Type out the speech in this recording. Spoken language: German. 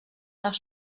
nach